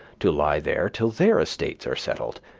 to lie there till their estates are settled,